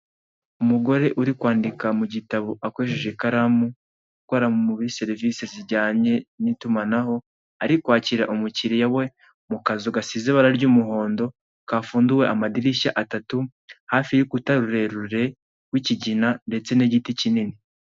Umugore uri kwandika mu gitabo akoresheje ikaramu ukora muri serivisi zijyanye n' itumanaho ari kwakira umukiriya we mu kazu gasize ibara ry' umuhondo kapfunduwe amadirishya atatu hafi y' urukuta rurerure rw' ikigina ndetse n' igiti kinni.